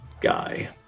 guy